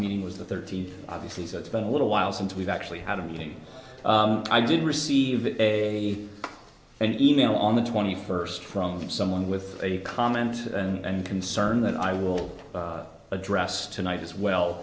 meeting was the thirteenth obviously so it's been a little while since we've actually had a meeting i did receive a an e mail on the twenty first from someone with a comment and concern that i will address tonight as well